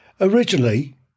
Originally